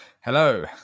Hello